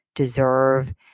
deserve